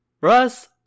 Russ